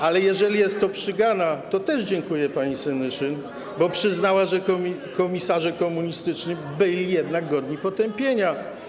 Ale jeżeli jest to przygana, to też dziękuję pani Senyszyn, bo przyznała, że komisarze komunistyczni byli jednak godni potępienia.